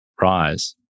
rise